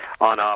on